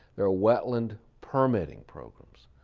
there are wetland permitting programs,